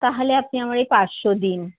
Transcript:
তাহালে আপনি আমার ওই পাঁচশো দিন